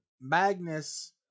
Magnus